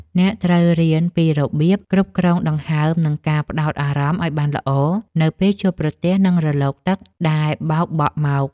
អ្នកត្រូវរៀនពីរបៀបគ្រប់គ្រងដង្ហើម និងការផ្ដោតអារម្មណ៍ឱ្យបានល្អ នៅពេលជួបប្រទះនឹងរលកទឹកដែលបោកបក់មក។